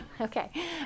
Okay